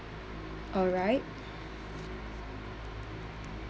alright